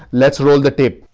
let's roll the tape.